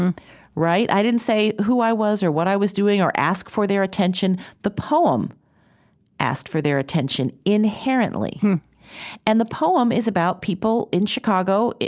um right? i didn't say who i was, or what i was doing, or ask for their attention. the poem asked for their attention inherently and the poem is about people in chicago.